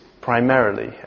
primarily